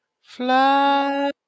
Fly